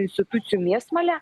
institucijų mėsmalę